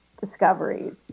discoveries